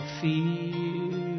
fear